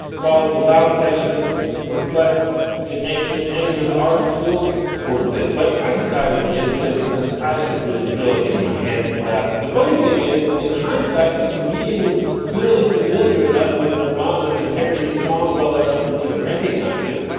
while the loud sections reflects the angst and anger the artists feels towards it. but i decided against it, because i didn't feel like getting my hands slapped. the funny thing is, in hindsight, the comedian was clearly familiar enough with nirvana to parody a song well enough for me to recognize it.